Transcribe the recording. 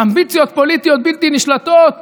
אמביציות פוליטיות בלתי נשלטות,